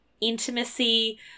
intimacy